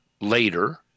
later